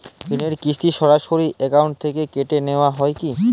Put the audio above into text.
ঋণের কিস্তি সরাসরি অ্যাকাউন্ট থেকে কেটে নেওয়া হয় কি?